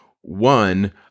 One